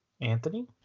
Anthony